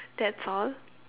that's all